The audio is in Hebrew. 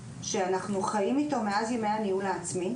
שאנחנו חיים איתו מאז ימי הניהול העצמי,